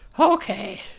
Okay